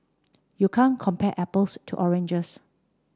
you can't compare apples to oranges